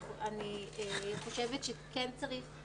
אני חושבת שכן צריך,